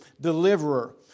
Deliverer